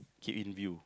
keep in view